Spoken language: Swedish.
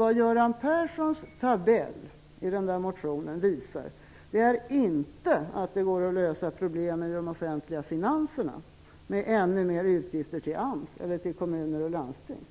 Vad Göran Perssons tabell i socialdemokraternas motion visar är inte att det går att lösa problemen i de offentliga finanserna, och därmed det stora arbetslöshetsproblemet, med ännu mer utgifter till AMS eller till kommuner och landsting.